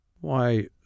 Why